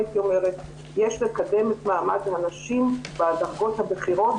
יש לקדם את מעמד הנשים בדרגות הבכירות,